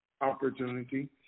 opportunity